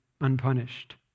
unpunished